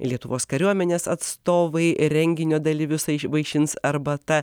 lietuvos kariuomenės atstovai renginio dalyvius vaišins arbata